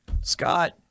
Scott